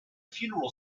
funeral